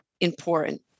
important